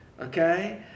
okay